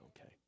Okay